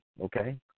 okay